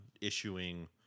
issuing